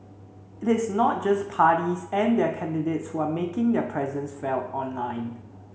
it is not just parties and their candidates who are making their presence felt online